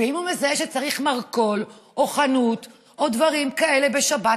אם הוא מזהה שצריך עוד מרכול או חנות או דברים כאלה בשבת,